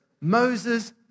Moses